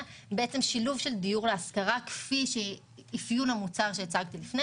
שילוב של דיור להשכרה לפי אפיון המוצר שהצגתי לפני